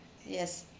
yes